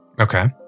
Okay